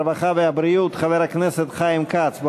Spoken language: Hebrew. הרווחה והבריאות חבר הכנסת חיים כץ.